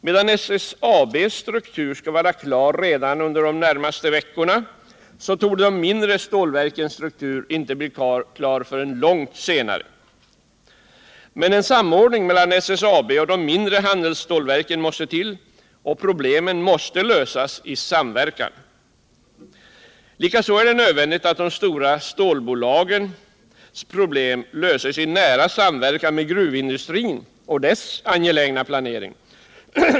Medan SSAB:s utredning skall vara klar redan under de närmaste veckorna, torde de mindre stålverkens struktur inte bli klar förrän långt senare. Men en samordning mellan SSAB och de mindre handelsstålverken måste till, och problemen måste lösas i samverkan. Likaså är det nödvändigt att de stora stålbolagens problem löses i nära samverkan med gruvindustrin och dess angelägna planering.